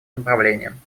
направлениям